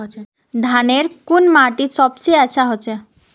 धानेर कुन माटित सबसे अच्छा होचे?